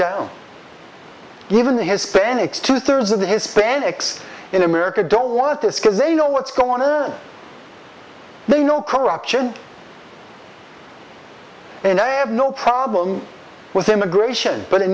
down even hispanics two thirds of the hispanics in america don't want this because they know what's going on earth they know corruption and i have no problem with immigration but it